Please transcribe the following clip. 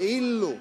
כאילו.